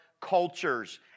cultures